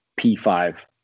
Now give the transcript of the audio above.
P5